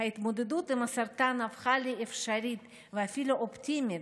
ההתמודדות עם הסרטן הפכה לאפשרית ואפילו אופטימית,